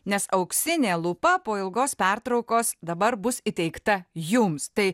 nes auksinė lupa po ilgos pertraukos dabar bus įteikta jums tai